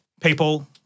people